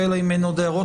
ואלא אם יש עוד הערות,